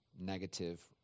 negative